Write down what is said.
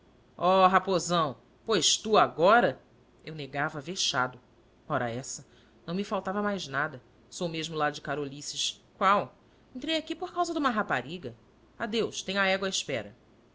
oh raposão pois tu agora eu negava vexado ora essa não me faltava mais nada sou mesmo lá de carolices qual entrei aqui por causa de uma rapariga adeus tenho a égua à espera